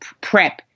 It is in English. prep